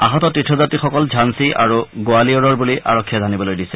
আহত তীৰ্থযাত্ৰীসকল ঝালি আৰু গোৱালিয়ৰৰ বুলি আৰক্ষীয়ে জানিবলৈ দিছে